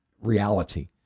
reality